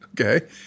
okay